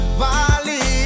valley